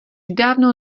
dávno